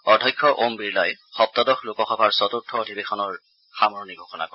অধ্যক্ষ ওম বিৰলাই সপ্তদশ লোকসভাৰ চতুৰ্থ অধিবেশনৰ সামৰণি ঘোষণা কৰে